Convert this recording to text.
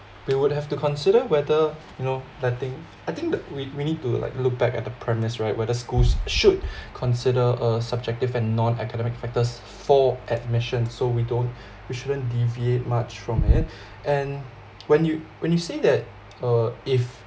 they would have to consider whether you know I think I think the we we need to like look back at the premise right whether schools should consider a subjective and non-academic factors for admission so we don't we shouldn't deviate much from it and when you when you say that uh if